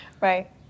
Right